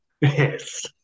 Yes